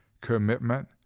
commitment